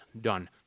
done